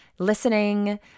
Listening